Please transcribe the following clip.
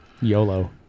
YOLO